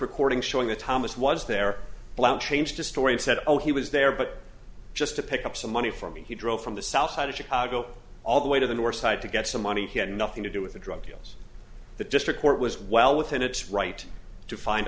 recording showing that thomas was there blount changed his story of said oh he was there but just to pick up some money from me he drove from the south side of chicago all the way to the north side to get some money he had nothing to do with the drug deals the district court was well within its right to find